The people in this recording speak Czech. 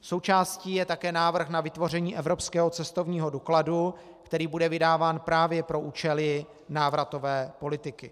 Součástí je také návrh na vytvoření evropského cestovního dokladu, který bude vydáván právě pro účely návratové politiky.